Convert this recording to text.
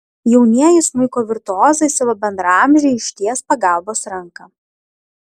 jaunieji smuiko virtuozai savo bendraamžei išties pagalbos ranką